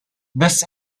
this